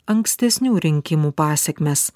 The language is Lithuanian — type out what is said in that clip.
ankstesnių rinkimų pasekmes